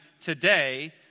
today